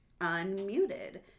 unmuted